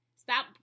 Stop